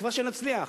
בתקווה שנצליח,